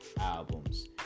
albums